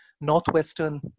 northwestern